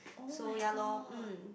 oh-my-god